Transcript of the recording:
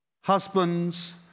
husbands